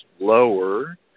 lower